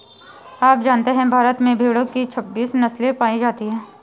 आप जानते है भारत में भेड़ो की छब्बीस नस्ले पायी जाती है